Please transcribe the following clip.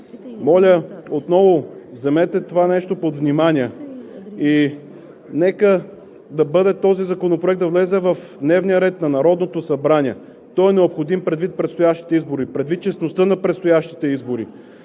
Моля, отново вземете това нещо под внимание. Нека този законопроект да влезе в дневния ред на Народното събрание. Той е необходим предвид предстоящите избори, предвид честността на предстоящите избори.